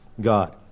God